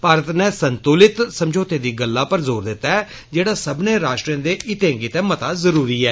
भारत नै संत्लित समझौते दी गल्ला पर जोर दित्ता ऐ जेड़ा सब्बने राश्ट्रें दे हिते गितै मता जरूरी ऐ